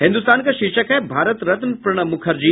हिन्दुस्तान का शीर्षक है भारत रत्न प्रणब मुखर्जी